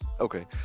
Okay